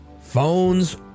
phones